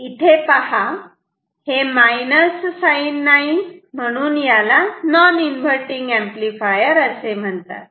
इथे पहा हे मायनस साईन नाही म्हणून याला नॉन इन्वर्तींग अंपलिफायर असे म्हणतात